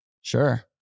sure